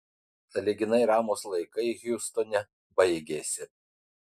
sąlyginai ramūs laikai hjustone baigėsi